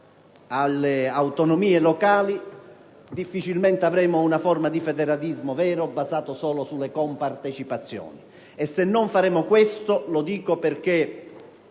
alle autonomie locali, difficilmente avremo una forma di federalismo vero basato solo sulle compartecipazioni. Se non faremo questo, lo dico perché